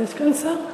יש כאן שר?